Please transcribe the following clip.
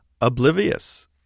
oblivious